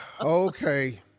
Okay